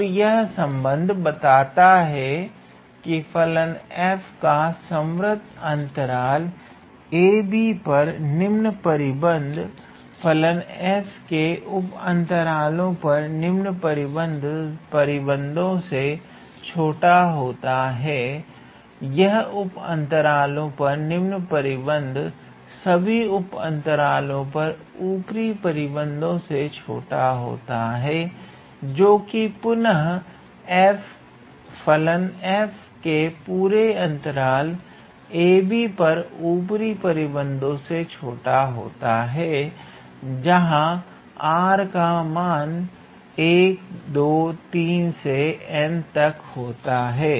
और यह संबंध बताता है कि फलन 𝑓 का संवृत अंतराल 𝑎b पर निम्न परिबद्ध फलन 𝑓 के उप अंतरालों पर निम्न परिबद्धों से छोटा होता है यह उप अंतरालों पर निम्न परिबद्ध सभी उप अंतरालों पर ऊपरी परिबद्धों से छोटे होते हैं जोकि पुनः फलन 𝑓 के पूरे अंतराल 𝑎b पर ऊपरी परिबद्ध से छोटा होता है जहां 𝑟 का मान 123 से 𝑛 तक होता है